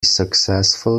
successful